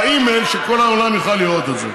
באימייל, שכל העולם יוכל לראות את זה.